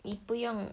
你不用